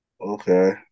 Okay